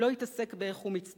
הוא לא התעסק באיך הוא מצטייר,